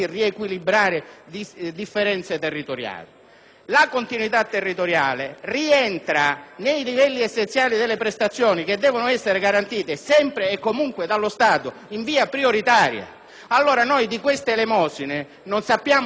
La continuità territoriale rientra nei livelli essenziali delle prestazioni che devono essere garantite sempre e comunque dallo Stato in via prioritaria. Di queste elemosine non sappiamo che farcene, questa è una ulteriore offesa